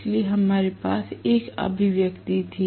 इसलिए हमारे पास एक अभिव्यक्ति थी